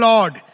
Lord